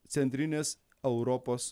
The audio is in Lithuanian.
centrinės europos